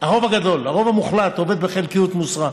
הרוב הגדול, הרוב המוחלט, עובד בחלקיות משרה,